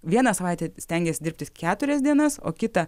vieną savaitę stengiasi dirbti keturias dienas o kitą